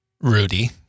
Rudy